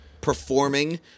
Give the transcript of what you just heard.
performing